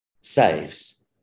saves